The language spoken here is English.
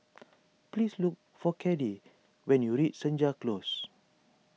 please look for Caddie when you reach Senja Close